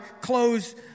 close